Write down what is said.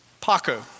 Paco